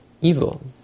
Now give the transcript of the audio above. evil